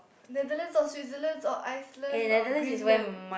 Netherland or Switzerland or Iceland or Greenland